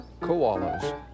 koalas